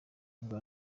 bwa